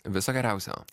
viso geriausio